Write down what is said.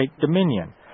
dominion